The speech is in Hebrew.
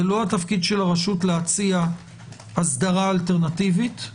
זה לא תפקיד הרשות להציע אסדרה אלטרנטיבית.